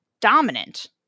dominant